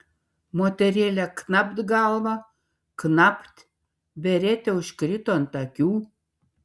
moterėlė knapt galva knapt beretė užkrito ant akių